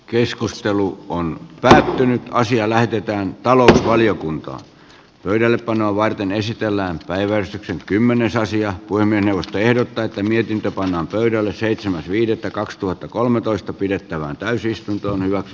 keskustelu on päätetty asia lähetetään talousvaliokuntaan pöydälle panoa varten esitellään päivää sitten kymmenosaisia voimien neuvosto ehdottaa että mietintö pannaan pöydälle seitsemäs viidettä kaksituhattakolmetoista pidettävään täysistuntoon hyväksi